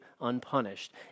unpunished